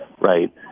right